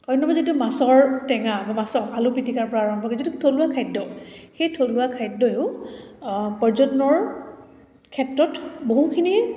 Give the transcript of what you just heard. অন্য বা যিটো মাছৰ টেঙা বা মাছৰ আলু পিটিকাৰপৰা আৰম্ভ কৰি যিটো থলুৱা খাদ্য সেই থলুৱা খাদ্যয়ো পৰ্যটনৰ ক্ষেত্ৰত বহুখিনি